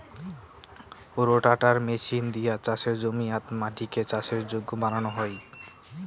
রোটাটার machine দিয়া চাসের জমিয়াত মাটিকে চাষের যোগ্য বানানো হই